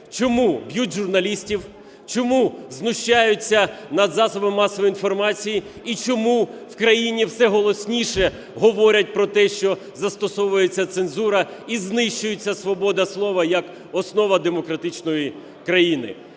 чому б'ють журналістів, чому знущаються над засобами масової інформації і чому в країні все голосніше говорять про те, що застосовується цензура и знищується свобода слова як основа демократичної країни?